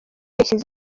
yashyize